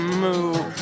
move